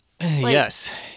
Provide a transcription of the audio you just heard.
Yes